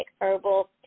herbal